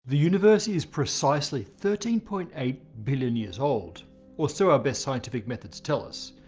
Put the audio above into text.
the universe is precisely thirteen point eight billion year old or so our best scientific methods tell us.